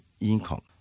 income